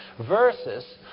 versus